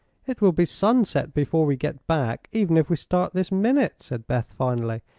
it will be sunset before we get back, even if we start this minute, said beth, finally.